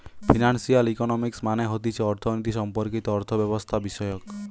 financial economics মানে হতিছে অর্থনীতি সম্পর্কিত অর্থব্যবস্থাবিষয়ক